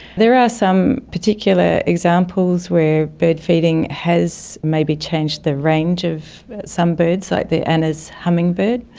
there are some particular examples where bird feeding has maybe changed the range of some birds, like the anna's hummingbird.